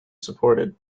supported